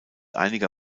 einiger